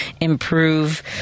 improve